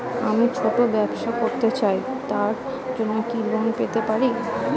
আমি ছোট ব্যবসা করতে চাই তার জন্য কি লোন পেতে পারি?